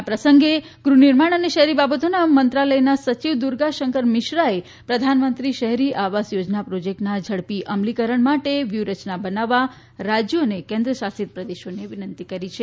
આ પ્રસંગે ગૃહનિર્માણ અને શહેરી બા બતોના મંત્રાલયના સચિવ દુર્ગા શંકર મિશ્રાએ પ્રધાનમંત્રી શહેરી આવાસ યોજના પ્રોજેક્ટ્સના ઝડપથી અમલીકરણ માટે વ્યૂહરચના બનાવવા રાજ્યો અને કેન્દ્રશાસિત પ્રદેશોને વિનંતી કરી હતી